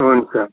हुन्छ